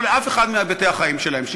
לא לאף אחד מהיבטי החיים שלהם.